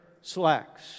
slacks